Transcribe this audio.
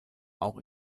auch